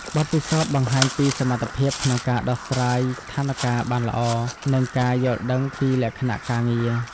បទពិសោធន៍បង្ហាញពីសមត្ថភាពក្នុងការដោះស្រាយស្ថានការណ៍បានល្អ និងការយល់ដឹងពីលក្ខណៈការងារ។